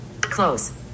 Close